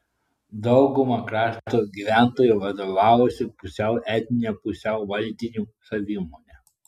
dauguma krašto gyventojų vadovavosi pusiau etnine pusiau valdinių savimone